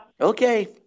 Okay